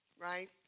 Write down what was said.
right